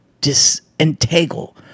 disentangle